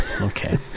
okay